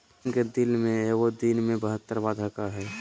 इंसान के दिल एगो दिन मे बहत्तर बार धरकय हइ